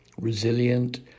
resilient